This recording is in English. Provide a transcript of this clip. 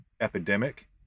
epidemic